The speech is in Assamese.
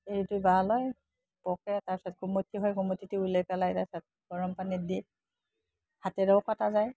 এৰীটো বাঁহ লয় পকে তাৰপিছত কুমতি হয় কুমতিটো উলিয়াই পেলাই তাৰপিছত গৰম পানীত দি হাতেৰেও কটা যায়